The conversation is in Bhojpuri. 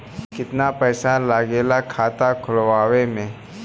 कितना पैसा लागेला खाता खोलवावे में?